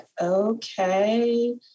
okay